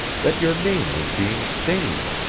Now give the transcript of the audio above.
that your name was being stained.